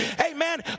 Amen